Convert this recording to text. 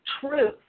truth